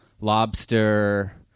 lobster